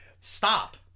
stop